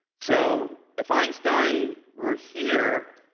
so if einstein were here,